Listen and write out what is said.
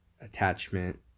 attachment